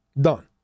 Done